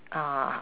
uh